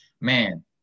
man